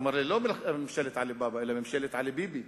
הוא אמר: לא ממשלת עלי בבא, אלא ממשלת עלי ביבי